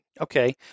Okay